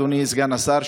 אדוני סגן השר,